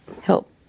help